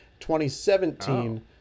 2017